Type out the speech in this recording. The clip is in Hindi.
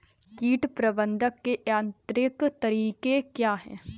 कीट प्रबंधक के यांत्रिक तरीके क्या हैं?